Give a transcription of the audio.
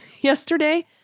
yesterday